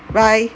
bye